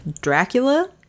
Dracula